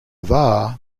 var